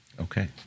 Okay